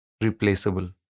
replaceable